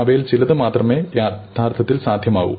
അവയിൽ ചിലത് മാത്രമേ യഥാർത്ഥത്തിൽ സാധ്യമാകൂ